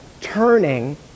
Turning